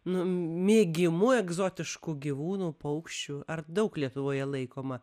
nu mėgimu egzotiškų gyvūnų paukščių ar daug lietuvoje laikoma